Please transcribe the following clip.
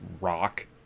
rock